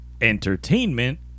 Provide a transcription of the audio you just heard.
entertainment